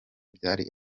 byari